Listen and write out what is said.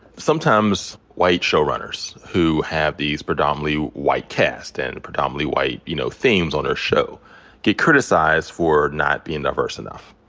sometimes white showrunners who have these predominantly white casts and and predominantly white, you know, themes on their show get criticized for not being diverse enough.